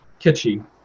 kitschy